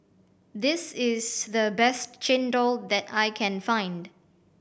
this is the best chendol that I can find